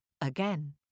again